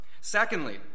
Secondly